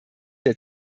der